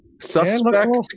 suspect